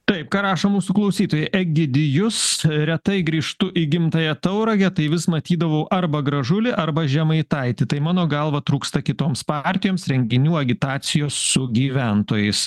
taip ką rašo mūsų klausytojai egidijus retai grįžtu į gimtąją tauragę tai vis matydavau arba gražulį arba žemaitaitį tai mano galva trūksta kitoms partijoms renginių agitacijos su gyventojais